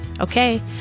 Okay